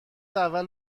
اول